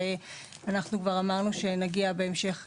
ואמרנו שנגיע בהמשך,